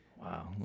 Wow